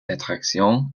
attractions